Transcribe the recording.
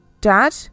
Dad